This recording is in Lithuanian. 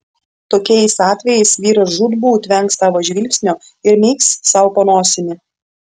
tokiais atvejais vyras žūtbūt vengs tavo žvilgsnio ir myks sau po nosimi